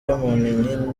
y’umuntu